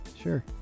Sure